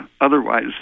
otherwise